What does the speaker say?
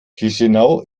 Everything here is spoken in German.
chișinău